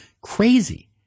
Crazy